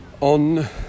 on